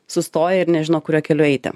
sustoję ir nežino kuriuo keliu eiti